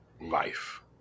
life